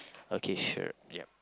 okay sure ya